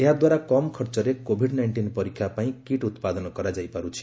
ଏହା ଦ୍ୱାରା କମ୍ ଖର୍ଚ୍ଚରେ କୋଭିଡ୍ ନାଇଷ୍ଟିନ୍ ପରୀକ୍ଷା ପାଇଁ କିଟ୍ ଉତ୍ପାଦନ କରାଯାଇ ପାରୁଛି